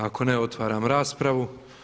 Ako ne otvaram raspravu.